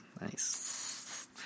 Nice